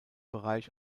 bereich